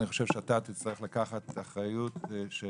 אני חושב שאתה תצטרך לקחת את האחריות של